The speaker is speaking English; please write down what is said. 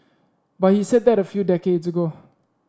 but he said that a few decades ago